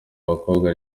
bakobwa